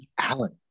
Alan